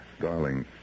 Darling